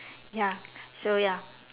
ya so ya